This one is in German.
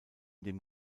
dem